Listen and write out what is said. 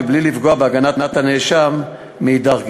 בלי לפגוע בהגנת הנאשם מאידך גיסא.